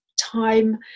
time